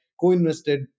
co-invested